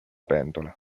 pentola